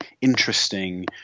interesting